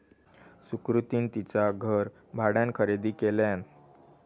सुकृतीन तिचा घर भाड्यान खरेदी केल्यान